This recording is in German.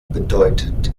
bedeutet